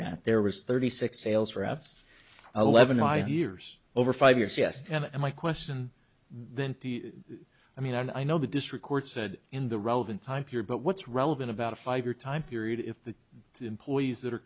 that there was thirty six sales reps eleven five years over five years yes and my question then i mean i know the district court said in the relevant time period but what's relevant about a five year time period if the employees that are